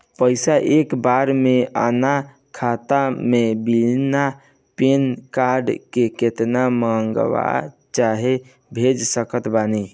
पैसा एक बार मे आना खाता मे बिना पैन कार्ड के केतना मँगवा चाहे भेज सकत बानी?